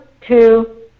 two